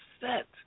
set